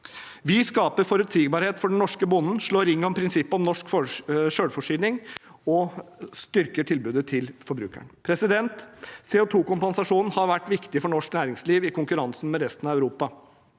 Vi skaper forutsigbarhet for den norske bonden, slår ring om prinsippet om norsk selvforsyning og styrker tilbudet til forbrukeren. CO2-kompensasjonen har vært viktig for norsk næringsliv i konkurransen med resten av Europa.